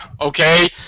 okay